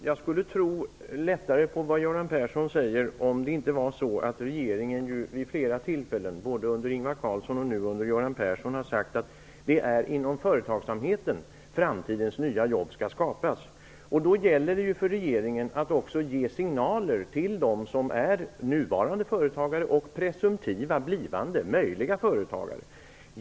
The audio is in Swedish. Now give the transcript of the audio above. Fru talman! Det skulle vara lättare för mig att tro på vad Göran Persson säger om det inte var så att regeringen vid flera tillfällen, både under Ingvar Carlsson och nu under Göran Persson, har sagt att det är inom företagsamheten som framtidens nya jobb skall skapas. Då gäller det för regeringen att också ge signaler till dem som är nuvarande företagare och presumtiva, blivande, möjliga företagare.